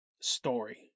story